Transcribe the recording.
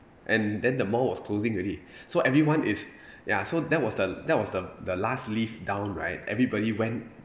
and then the mall was closing already so everyone is ya so that was the that was the the last lift down right everybody went